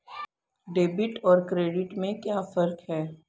Debit और credit में क्या फर्क है?